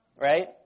right